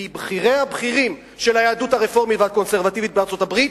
מפי בכירי הבכירים של היהדות הרפורמית והקונסרבטיבית בארצות-הברית,